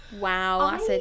wow